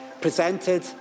presented